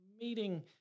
meeting